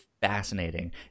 fascinating